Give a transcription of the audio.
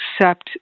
accept